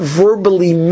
verbally